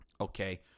Okay